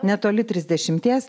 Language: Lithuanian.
netoli trisdešimties